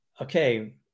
okay